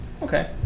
okay